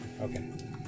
Okay